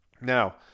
Now